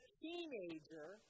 teenager